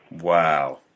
wow